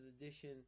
Edition